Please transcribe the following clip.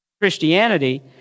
Christianity